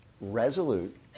resolute